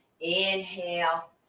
Inhale